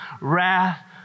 wrath